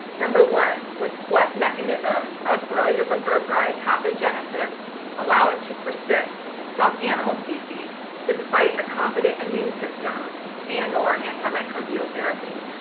number one, was what mechanisms of borrelia burgdorferi pathogenesis allow it to persist in some animal species despite a competent immune system and or anti-microbial therapy?